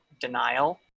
denial